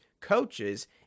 coaches